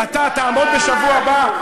אתה תעמוד בשבוע הבא,